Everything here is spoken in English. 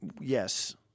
Yes